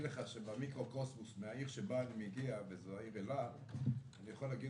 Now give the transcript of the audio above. לך במיקרו קוסמוס מהעיר שבה אני מגיע אילת אני יכול להגיד